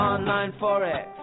Onlineforex